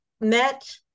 met